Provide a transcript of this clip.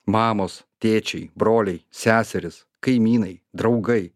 mamos tėčiai broliai seserys kaimynai draugai